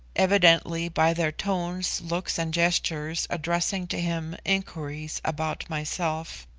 evidently by their tones, looks, and gestures addressing to him inquiries about myself.